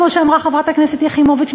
כמו שאמרה חברת הכנסת יחימוביץ.